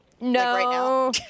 No